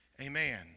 Amen